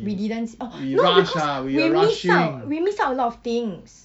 we didn't know see oh no because we miss out we miss out a lot of things